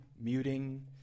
muting